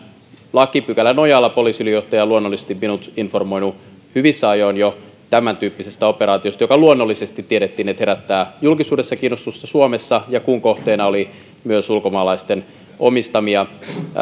lakipykälän nojalla poliisiylijohtaja on luonnollisesti minut informoinut jo hyvissä ajoin tämäntyyppisestä operaatiosta jonka luonnollisesti tiedettiin herättävän julkisuudessa kiinnostusta suomessa ja kun kohteena oli myös ulkomaalaisten omistamia